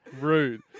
rude